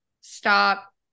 stop